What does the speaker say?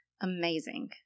Amazing